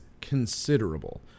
considerable